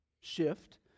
shift